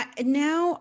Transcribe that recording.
now